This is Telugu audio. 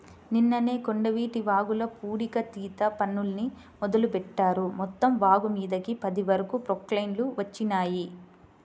నిన్ననే కొండవీటి వాగుల పూడికతీత పనుల్ని మొదలుబెట్టారు, మొత్తం వాగుమీదకి పది వరకు ప్రొక్లైన్లు వచ్చినియ్యి